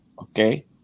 Okay